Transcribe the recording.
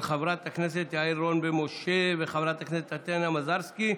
של חברת הכנסת יעל רון בן משה וחברת הכנסת טטיאנה מזרסקי.